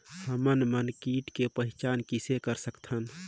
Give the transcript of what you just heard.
हमन मन कीट के पहचान किसे कर सकथन?